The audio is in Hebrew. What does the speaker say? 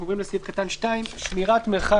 אנחנו עוברים לסעיף קטן (2) שמירת מרחק,